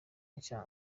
nshya